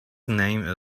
name